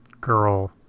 girl